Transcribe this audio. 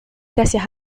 gracias